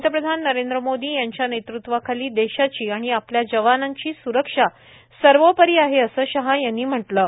पंतप्रधान नरेंद्र मोदी यांच्या नेतृत्वाखाली देशाची आणि आपल्या जवानांची स्रक्षा सर्वोपरी आहे असं शहा यांनी म्हटलं आहे